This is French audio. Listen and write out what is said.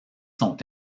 sont